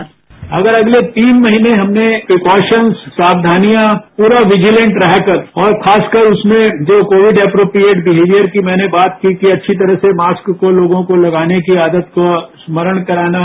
sound bite अगर अगले तीन महीने हमने प्रीकॉशन्स सावधानियां पूरा विजिलेंट रहकर और खासकर उसमें जो कोविड एप्रोप्रिएट बिहेवियर की मैंने जो बात की कि अच्छी तरह से मास्क को लोगों को लगाने की आदत को स्मरण कराना